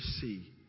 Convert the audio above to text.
see